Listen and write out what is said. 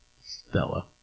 Stella